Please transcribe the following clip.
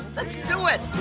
let's do it.